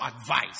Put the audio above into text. advice